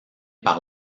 par